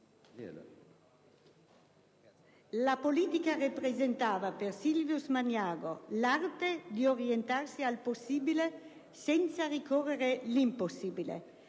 la politica rappresentava per Silvius Magnago l'arte di orientarsi al possibile senza rincorrere l'impossibile.